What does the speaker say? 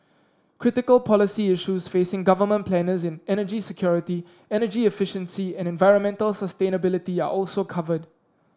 critical policy issues facing government planners in energy security energy efficiency and environmental sustainability are also covered